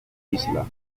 isla